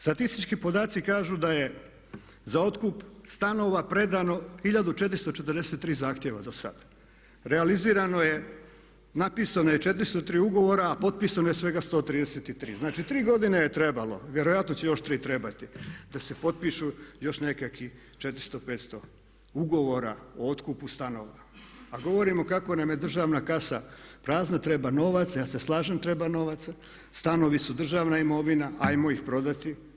Statistički podaci kažu da je za otkup stanova predano 1443 zahtjeva do sad, realizirano je, napisano je 403 ugovora a potpisano je svega 133, znači 3 godine je trebalo, vjerojatno će još tri trebati da se potpišu još nekakvi 400, 500 ugovora o otkupu stanova a govorimo kako nam je državna kasa prazna, treba novac, ja se slažem treba novaca, stanovi su državna imovina, ajmo ih prodati.